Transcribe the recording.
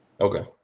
Okay